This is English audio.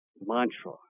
mantra